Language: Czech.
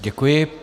Děkuji.